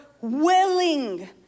willing